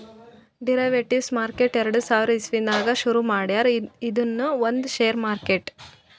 derivatives market ಎರಡ ಸಾವಿರದ್ ಇಸವಿದಾಗ್ ಶುರು ಮಾಡ್ಯಾರ್ ಇದೂನು ಒಂದ್ ಷೇರ್ ಮಾರ್ಕೆಟ್